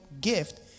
gift